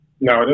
no